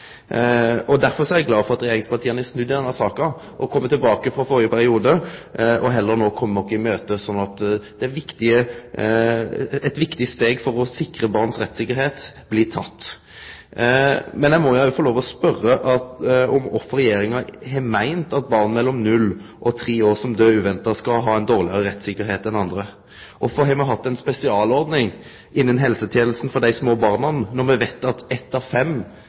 er glad for at regjeringspartia har snudd i denne saka sidan førre perioden, og no heller kjem oss i møte, slik at eit viktig steg for å sikre barns rettstryggleik blir teke. Men eg må få lov å spørje kvifor Regjeringa har meint at barn mellom 0 og 3 år som døyr uventa, skal ha ein dårlegare rettstryggleik enn andre. Kvifor har me hatt ei spesialordning innan helsetenesta for dei små barna, når me veit at eitt av fem